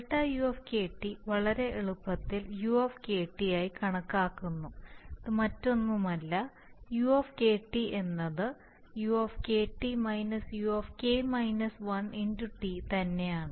Δu വളരെ എളുപ്പത്തിൽ u ആയി കണക്കാക്കുന്നു ഇത് മറ്റൊന്നുമല്ല U എന്നത് u u T തന്നെയാണ്